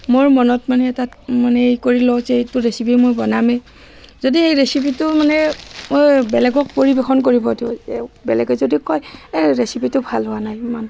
মোৰ মনত মানে এটা মানে ই কৰি লওঁ যে এইটো ৰেচিপি মই বনামেই যদি সেই ৰেচিপিটো মানে মই বেলেগক পৰিৱেশন কৰিব দিওঁ যে বেলেগে যদি কয় এই ৰেচিপিটো ভাল হোৱা নাই ইমান